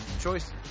choice